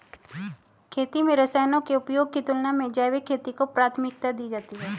खेती में रसायनों के उपयोग की तुलना में जैविक खेती को प्राथमिकता दी जाती है